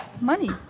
money